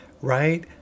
Right